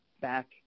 back